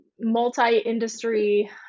multi-industry